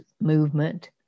Movement